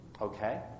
Okay